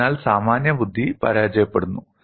അതിനാൽ സാമാന്യബുദ്ധി പരാജയപ്പെടുന്നു